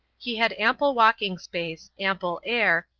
he had ample walking space, ample air,